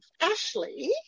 Ashley